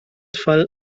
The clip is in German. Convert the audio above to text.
fall